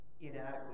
inadequate